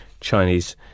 chinese